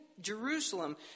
Jerusalem